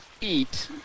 eat